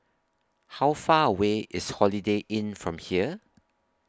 How Far away IS Holiday Inn from here